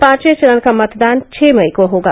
पांचवें चरण का मतदान छह मई को होगा